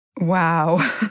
Wow